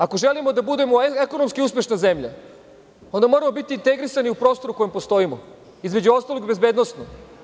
Ako želimo da budemo ekonomski uspešna zemlja, onda moramo biti integrisani u prostoru u kome postojimo, između ostalog i bezbednosno.